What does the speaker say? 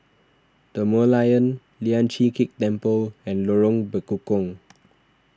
the Merlion Lian Chee Kek Temple and Lorong Bekukong